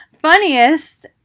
funniest